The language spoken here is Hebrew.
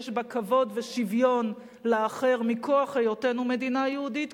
שיש בה כבוד ושוויון לאחר מכוח היותנו מדינה יהודית,